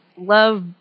love